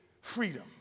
freedom